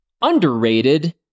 underrated